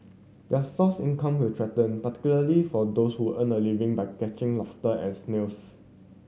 their source income were threatened particularly for those who earn a living by catching lobster and snails